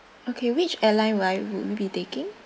okay which airline would I would would be taking